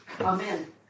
Amen